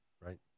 right